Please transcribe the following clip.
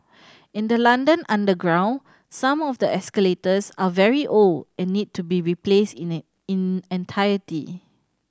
in the London underground some of the escalators are very old and need to be replaced in it in entirety